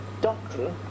doctrine